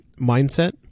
mindset